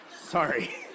sorry